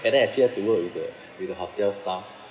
and then I still have to work with the with the hotel staff